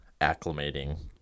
acclimating